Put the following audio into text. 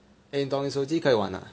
eh 你懂你手机可以玩啊